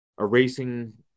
erasing